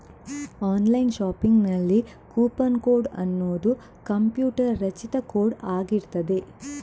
online ಶಾಪಿಂಗಿನಲ್ಲಿ coupon code ಅನ್ನುದು computer ರಚಿತ ಕೋಡ್ ಆಗಿರ್ತದೆ